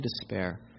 despair